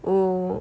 oh